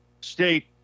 state